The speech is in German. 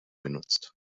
benutzt